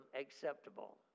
acceptable